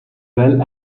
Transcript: well